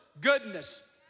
goodness